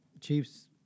Chiefs